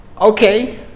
Okay